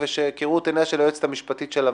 וכראות עיניה של היועצת המשפטית של הוועדה.